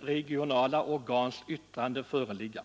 regionala organs yttranden föreligga.